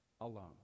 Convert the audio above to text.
alone